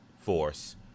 force